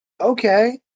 okay